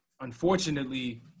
unfortunately